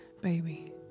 baby